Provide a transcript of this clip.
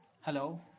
Hello